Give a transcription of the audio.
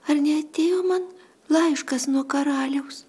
ar neatėjo man laiškas nuo karaliaus